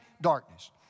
darkness